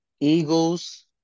Eagles